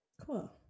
Cool